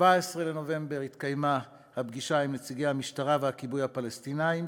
ב-17 בנובמבר התקיימה הפגישה עם נציגי המשטרה והכיבוי הפלסטינים,